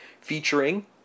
featuring